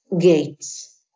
gates